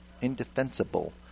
indefensible